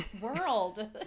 world